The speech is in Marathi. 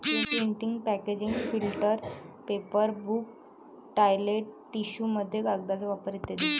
printing packaging filter paper book toilet टिश्यूमध्ये कागदाचा वापर इ